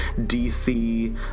DC